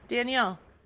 Danielle